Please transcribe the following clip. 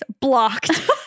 Blocked